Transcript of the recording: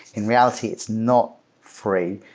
in reality, it's not free.